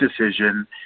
decision